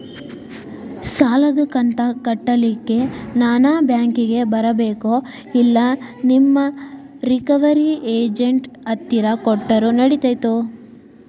ಸಾಲದು ಕಂತ ಕಟ್ಟಲಿಕ್ಕೆ ನಾನ ಬ್ಯಾಂಕಿಗೆ ಬರಬೇಕೋ, ಇಲ್ಲ ನಿಮ್ಮ ರಿಕವರಿ ಏಜೆಂಟ್ ಹತ್ತಿರ ಕೊಟ್ಟರು ನಡಿತೆತೋ?